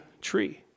tree